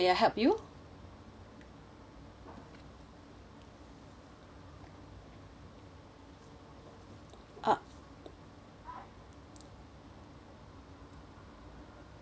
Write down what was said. uh